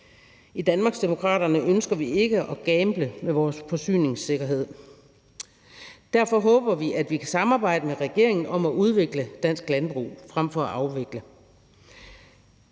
I Danmarksdemokraterne ønsker vi ikke at gamble med vores forsyningssikkerhed. Derfor håber vi, at vi kan samarbejde med regeringen om at udvikle dansk landbrug frem for at afvikle